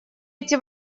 эти